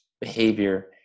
behavior